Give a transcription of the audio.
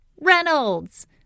Reynolds